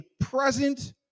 present